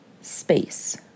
space